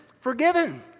forgiven